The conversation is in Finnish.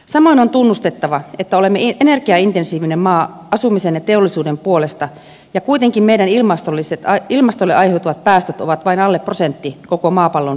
samoin on tunnustettava että olemme ener giaintensiivinen maa asumisen ja teollisuuden puolesta ja kuitenkin meidän ilmastolle aiheutuvat päästömme ovat vain alle prosentti koko maapallon päästöistä